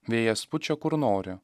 vėjas pučia kur nori